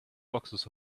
boxes